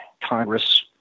Congress